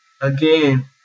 again